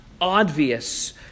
obvious